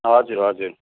हजुर हजुर